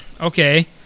okay